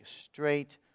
straight